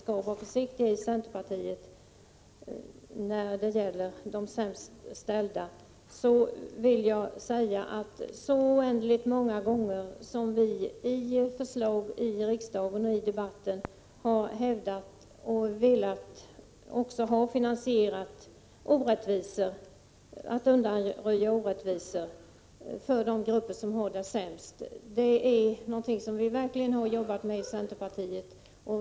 Lena Öhrsvik säger att när det gäller de sämst ställda skall vi vara försiktiga i centerpartiet. Vi har oändligt många gånger i debatten i riksdagen framfört förslag om hur man skall finansiera ett undanröjande av orättvisor för de grupper som har det sämst. Det är något som vi verkligen har jobbat med i centerpartiet.